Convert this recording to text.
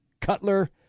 Cutler